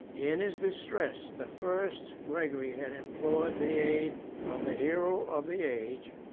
in his distress, the first gregory had implored the aid of the hero of the age,